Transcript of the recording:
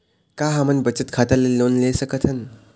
का हमन बचत खाता ले लोन सकथन?